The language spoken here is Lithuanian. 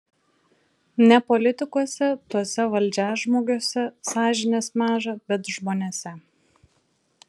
ne politikuose tuose valdžiažmogiuose sąžinės maža bet žmonėse